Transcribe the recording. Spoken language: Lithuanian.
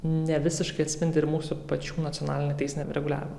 nevisiškai atspindi ir mūsų pačių nacionalinį teisinį reguliavimą